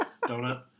donut